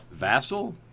Vassal